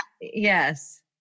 Yes